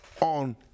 on